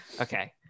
okay